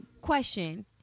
Question